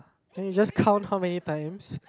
then you just count how many times